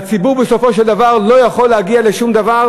והציבור בסופו של דבר לא יכול להגיע לשום דבר,